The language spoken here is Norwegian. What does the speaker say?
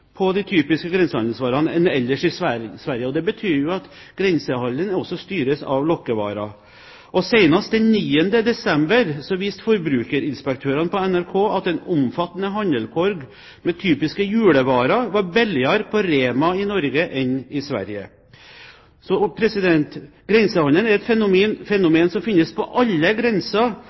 på de typiske grensehandelsvarene enn ellers i Sverige, og det betyr jo at grensehandelen også styres av lokkevarer. Senest den 9. desember viste Forbrukerinspektørene på NRK at en omfattende handlekurv med typiske julevarer var billigere på Rema i Norge enn i Sverige. Grensehandelen er et fenomen som finnes på alle grenser